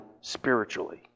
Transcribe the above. spiritually